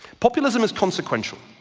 populism is consequential.